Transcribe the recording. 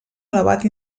elevat